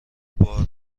بار